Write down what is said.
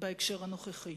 בהקשר הנוכחי.